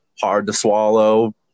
hard-to-swallow